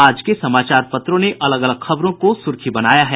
आज के सभी समाचार पत्रों ने अलग अलग खबरों को सुर्खी बनाया है